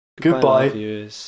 Goodbye